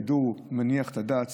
סידור מניח את הדעת,